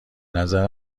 نظر